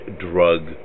drug